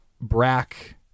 Brack